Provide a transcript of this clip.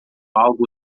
algo